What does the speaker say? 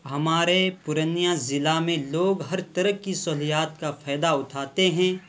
ہمارے پورنیہ ضلع میں لوگ ہر طرح کی سہولیات کا فائدہ اٹھاتے ہیں